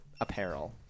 apparel